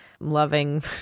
loving